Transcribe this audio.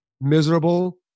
miserable